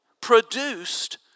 produced